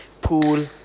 pool